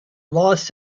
los